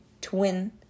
twin